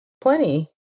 Plenty